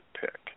pick